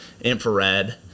infrared